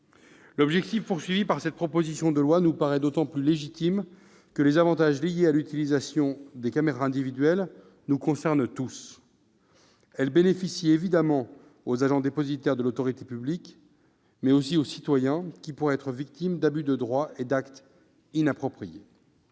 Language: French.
L'objectif recherché au travers de cette proposition de loi nous paraît d'autant plus légitime que les avantages liés à l'utilisation des caméras individuelles nous concernent tous : elles bénéficient évidemment aux agents dépositaires de l'autorité publique, mais aussi aux citoyens, qui pourraient sinon être victimes d'abus de droit et d'actes inappropriés.